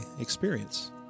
experience